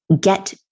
get